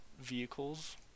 vehicles